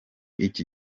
iki